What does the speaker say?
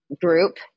group